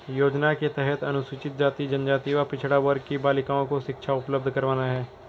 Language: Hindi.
योजना के तहत अनुसूचित जाति, जनजाति व पिछड़ा वर्ग की बालिकाओं को शिक्षा उपलब्ध करवाना है